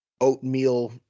oatmeal